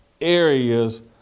areas